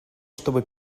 чтобы